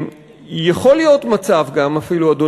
יכול להיות אפילו מצב,